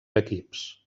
equips